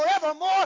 forevermore